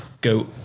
go